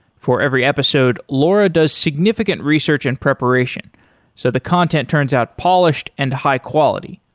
for every episode, laura does significant research and preparation so the content turns out polished and high-quality.